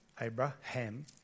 Abraham